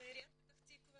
זאת עיריית פתח-תקווה.